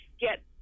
get